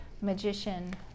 magician